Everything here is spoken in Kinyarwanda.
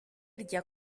rya